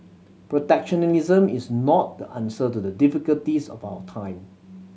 protectionism is not the answer to the difficulties of our time